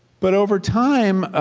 but over time,